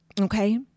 Okay